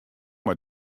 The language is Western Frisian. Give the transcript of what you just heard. mei